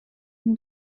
him